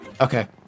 Okay